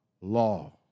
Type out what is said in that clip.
Law